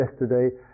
yesterday